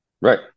Right